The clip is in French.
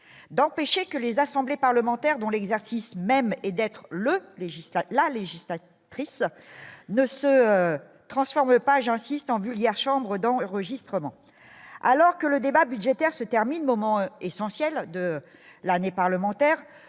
d'empêcher que les assemblées parlementaires dont l'exercice même et d'être le légiste la législature Patrice ne se transforme pas j'insistant Bulliard chambre d'enregistrement, alors que le débat budgétaire se termine moments essentiels de l'année parlementaire